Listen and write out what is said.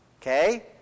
Okay